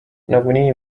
nagunii